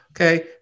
Okay